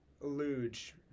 Luge